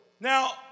Now